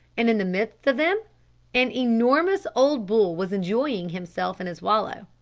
and in the midst of them an enormous old bull was enjoying himself in his wallow.